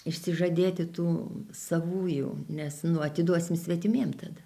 išsižadėti tų savųjų nes nu atiduosim svetimiem tada